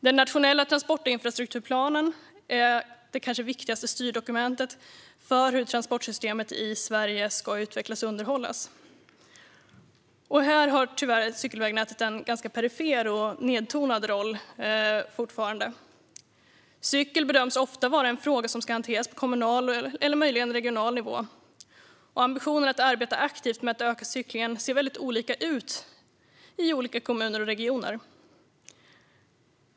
Den nationella transportinfrastrukturplanen är det kanske viktigaste styrdokumentet för hur transportsystemet i Sverige ska utvecklas och underhållas. Här har tyvärr cykelvägnätet fortfarande en ganska perifer och nedtonad roll. Cykel bedöms ofta vara en fråga som ska hanteras på kommunal eller möjligen regional nivå. Ambitionerna att arbeta aktivt med att öka cyklingen ser väldigt olika ut i olika kommuner och regioner.